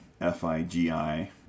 f-i-g-i